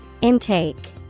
Intake